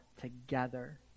together